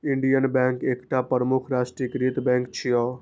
Indian bank एकटा प्रमुख राष्ट्रीयकृत बैंक छियै